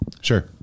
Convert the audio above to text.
Sure